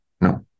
no